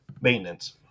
Maintenance